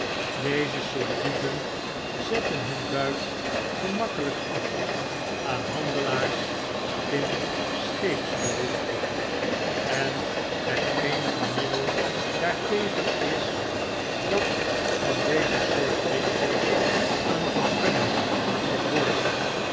deze soort dieven zetten hun buit gemakkelijkafaanhandelaars in scheepsbehoeften en het eenige middel daartegen is dat van deze soort winkels een vergunning wordt gevorderd